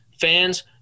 Fans